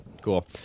cool